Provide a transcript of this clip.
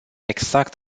exact